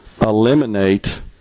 eliminate